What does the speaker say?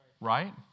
right